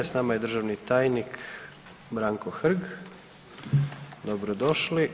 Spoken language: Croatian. Sa nama je državni tajnik Branko Hrg, dobro došli.